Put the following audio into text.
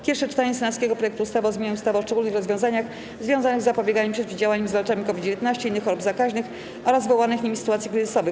Pierwsze czytanie senackiego projektu ustawy o zmianie ustawy o szczególnych rozwiązaniach związanych z zapobieganiem, przeciwdziałaniem i zwalczaniem COVID-19, innych chorób zakaźnych oraz wywołanych nimi sytuacji kryzysowych,